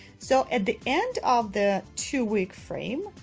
so at the end of the two-week frame,